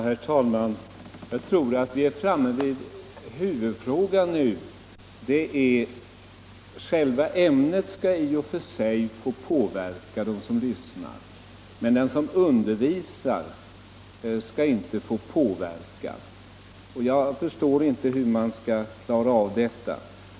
Herr talman! Jag tror att vi är framme vid huvudfrågan: själva ämnet skall i och för sig påverka dem som lyssnar, men den som undervisar skall inte få påverka. Jag förstår inte hur det skall gå att klara av det.